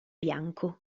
bianco